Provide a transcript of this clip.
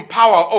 power